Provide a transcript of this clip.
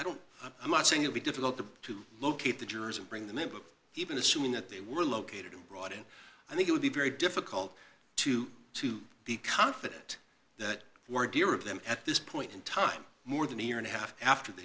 don't i'm not saying it be difficult to locate the jurors and bring them a book even assuming that they were located abroad and i think it would be very difficult to to the cockpit that were dear of them at this point in time more than a year and a half after they